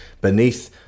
beneath